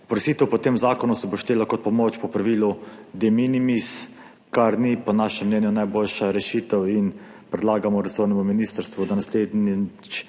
Oprostitev po tem zakonu se bo štela kot pomoč po pravilu de minimis, kar po našem mnenju ni najboljša rešitev in predlagamo resornemu ministrstvu, da se naslednjič